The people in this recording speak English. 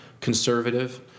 conservative